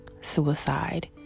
suicide